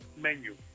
menu